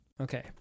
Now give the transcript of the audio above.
Okay